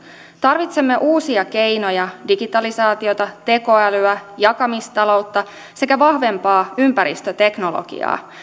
tarvitsemme uusia keinoja digitalisaatiota tekoälyä jakamistaloutta sekä vahvempaa ympäristöteknologiaa